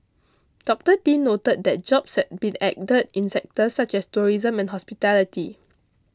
Dr Tin noted that jobs had been added in sectors such as tourism and hospitality